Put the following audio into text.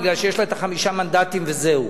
כי יש לה חמישה מנדטים וזהו,